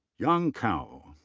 yang cao.